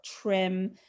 trim